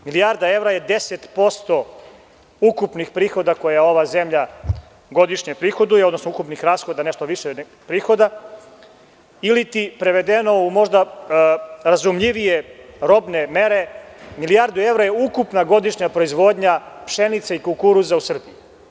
Milijarda evra je 10% ukupnih prihoda koje ova zemlja godišnje prihoduje, odnosno ukupnih rashoda je nešto više nego prihoda ili, prevedeno u možda razumljivije robne mere, milijardu evra je ukupna godišnja proizvodnja pšenice i kukuruza u Srbiji.